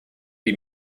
die